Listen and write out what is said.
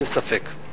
אין ספק.